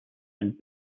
and